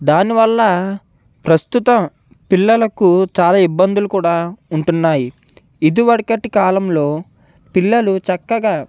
దానివల్ల ప్రస్తుతం పిల్లలకు చాలా ఇబ్బందులు కూడా ఉంటున్నాయి ఇదివరకటి కాలంలో పిల్లలు చక్కగా